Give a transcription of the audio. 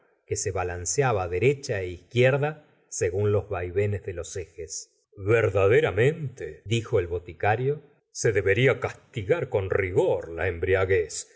que se balanceaba derecha é izquierda según los vaivenes de los ejes verdaderamente dijo el botioario se debería castigar con rigor la embriaeclez